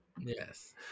Yes